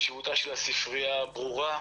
חשיבותה של הספרייה ברורה,